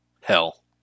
hell